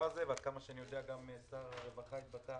הזה ועד כמה שאני יודע גם שר הרווחה התבטא